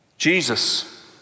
Jesus